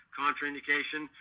contraindication